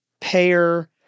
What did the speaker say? payer